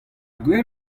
gwir